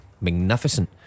magnificent